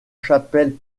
chapelle